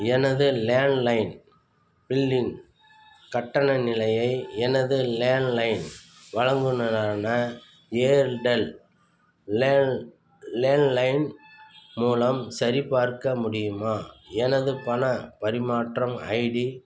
எனது லேண்ட்லைன் பில்லின் கட்டண நிலையை எனது லேண்ட்லைன் வழங்குநரான ஏர்டெல் லேண்ட் லேண்ட்லைன் மூலம் சரிபார்க்க முடியுமா எனது பணப் பரிமாற்றம் ஐடி